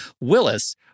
Willis